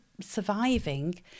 surviving